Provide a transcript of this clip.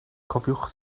cofiwch